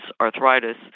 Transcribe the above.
arthritis